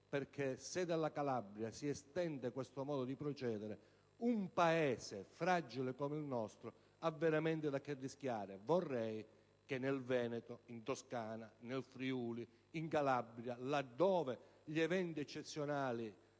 perché, se dalla Calabria questo modo di procedere si estende, un Paese fragile come il nostro ha veramente di che rischiare. Io vorrei che in Veneto, in Toscana, nel Friuli, in Calabria, dove gli eventi eccezionali